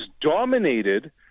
dominated